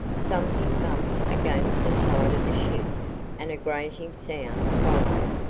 something bumped against the side of the ship and a grating sound followed.